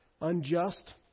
unjust